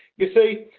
you see,